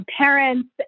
parents